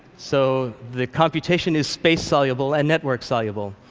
so the computation is space soluble and network soluble.